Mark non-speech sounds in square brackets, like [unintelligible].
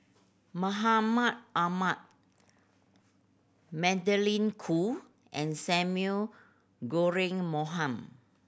Mahmud Ahmad Magdalene Khoo and Samuel [unintelligible] Bonham